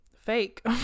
fake